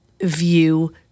view